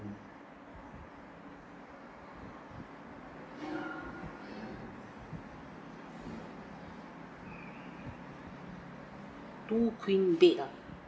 two queen beds ah